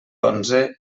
onze